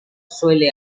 suele